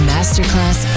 Masterclass